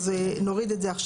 אז נוריד את זה עכשיו.